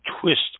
twist